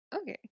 Okay